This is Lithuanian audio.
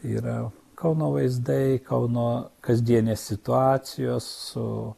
yra kauno vaizdai kauno kasdienės situacijos su